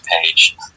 page